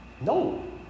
No